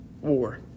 war